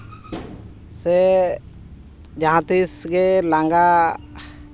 ᱥᱮ ᱡᱟᱦᱟᱸ ᱛᱤᱥ ᱜᱮ ᱞᱟᱸᱜᱟ